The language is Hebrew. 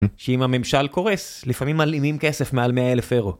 אם הממשל קורס לפעמים מלאימים כסף מעל מאה אלף אירו.